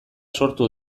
sortu